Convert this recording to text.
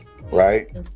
right